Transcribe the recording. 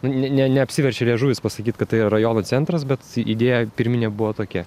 ne neapsiverčia liežuvis pasakyt kad tai yra rajono centras bet idėja pirminė buvo tokia